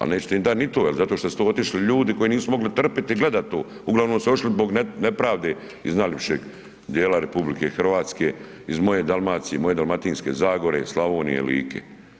Ali nećete dati ni to jer zato što su to otišli ljudi koji nisu mogli trpiti i gledati to, uglavnom su otišli zbog nepravde iz najljepšeg dijela RH, iz moje Dalmacije, iz moje Dalmatinske zagore, Slavonije, Like.